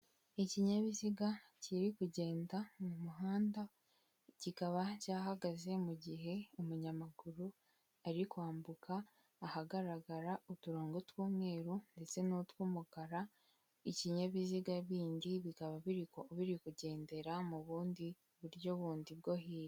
Ikinyabiziga kiri kugenda mu muhanda, kikaba cyahagaze mu gihe umunyamaguru ari kwambuka ahagaragara uturongo tw'umweru, ndetse n'utw'umukara, ikinyabiziga bindi bikaba biri biri kugendera mu bundi buryo bundi bwo hirya.